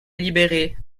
libérer